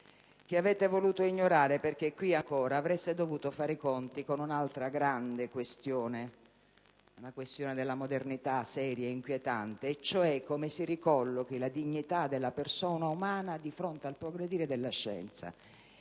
che avete voluto ignorare, perché - ancora - avreste dovuto fare i conti con un'altra grande questione, quella della modernità, seria e inquietante, e cioè di come si ricollochi la dignità della persona umana di fronte al progredire della scienza,